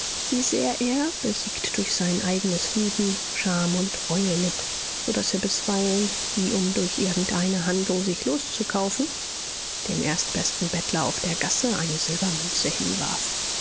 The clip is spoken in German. wie sehr er besiegt durch sein eignes wüten scham und reue litt so daß er bisweilen wie um durch irgendeine handlung sich loszukaufen dem erstbesten bettler auf der gasse eine silbermünze hinwarf